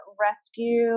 rescue